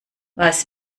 was